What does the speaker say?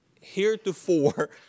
heretofore